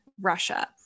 Russia